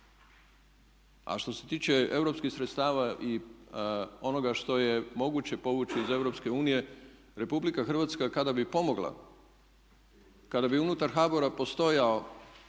A što se tiče europskih sredstava i onoga što je moguće povući iz Europske unije, Republika Hrvatska kada bi pomogla, kada bi unutar HBOR-a postojao